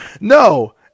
no